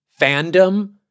fandom